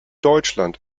deutschland